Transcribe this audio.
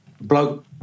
bloke